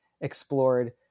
explored